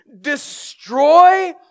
destroy